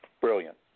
brilliant